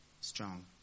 strong